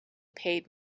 paid